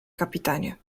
kapitanie